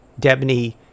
Debney